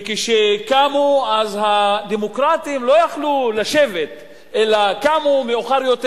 וכשקמו אז הדמוקרטים לא יכלו לשבת אלא קמו מאוחר יותר.